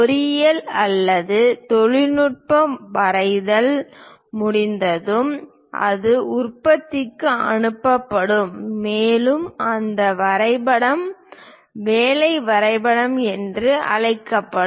பொறியியல் அல்லது தொழில்நுட்ப வரைதல் முடிந்ததும் அது உற்பத்திக்கு அனுப்பப்படும் மேலும் அந்த வரைபடம் வேலை வரைபடங்கள் என்று அழைக்கப்படும்